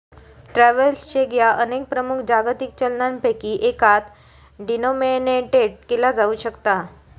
travellers cheque ह्या अनेक प्रमुख जागतिक चलनांपैकी एकात डिनोमिनेटेड केला जाऊ शकता